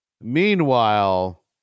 Meanwhile